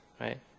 right